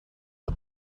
had